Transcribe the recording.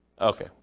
Okay